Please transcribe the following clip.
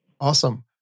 Awesome